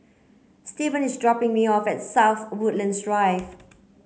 Steven is dropping me off at South Woodlands Drive